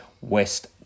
West